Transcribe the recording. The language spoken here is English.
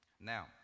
Now